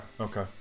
okay